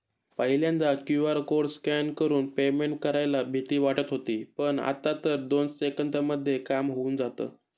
पहिल्यांदा QR code scan करून payment करायला भीती वाटत होती पण, आता तर दोन सेकंदांमध्ये काम होऊन जातं